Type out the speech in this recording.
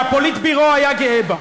שהפוליטביורו היה גאה בה.